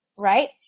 Right